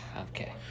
Okay